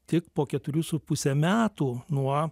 tik po keturių su puse metų nuo